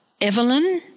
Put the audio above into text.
Evelyn